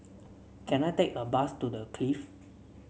can I take a bus to The Clift